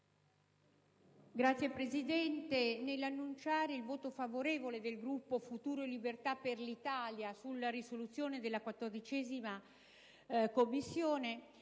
Signora Presidente, nell'annunciare il voto favorevole del Gruppo Futuro e Libertà per l'Italia sulla risoluzione della 14a Commissione,